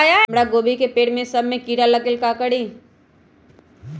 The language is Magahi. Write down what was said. हमरा गोभी के पेड़ सब में किरा लग गेल का करी?